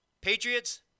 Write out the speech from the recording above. Patriots